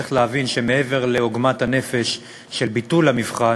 צריך להבין שמעבר לעוגמת הנפש של ביטול המבחן,